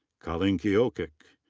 collen keokuk.